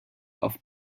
auf